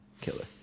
Killer